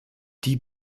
die